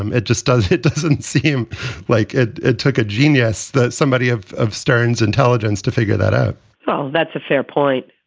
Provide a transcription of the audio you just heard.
um it just does it doesn't seem like it it took a genius that somebody of of stern's intelligence to figure that out well, that's a fair point.